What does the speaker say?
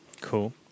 Cool